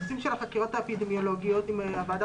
בנושא החקירות האפידמיולוגיות אם הוועדה